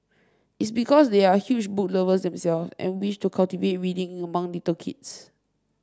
it's because they are huge book lovers themselves and wish to cultivate reading among little kids